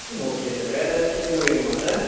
okay sir வேறு ஏதாச்சும் பூ வேணுமா சார்